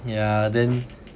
yeah then